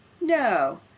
No